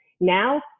Now